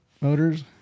motors